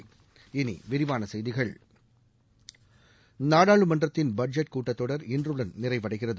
இனி விரிவான செய்திகள் நாடாளுமன்றத்தின் பட்ஜெட் கூட்டத் தொடர் இன்றுடன் நிறைவடைகிறது